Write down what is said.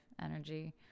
energy